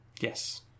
Yes